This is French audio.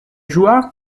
joueur